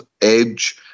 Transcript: Edge